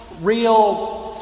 real